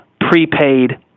prepaid